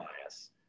bias